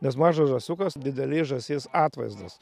nes mažas žąsiukas didelės žąsies atvaizdas